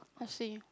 I see